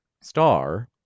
Star